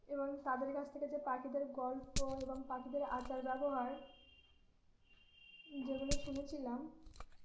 এবং তাদের কাছ থেকে যে পাখিদের গল্প এবং পাখিদের আচার ব্যবহার যেগুলো শুনেছিলাম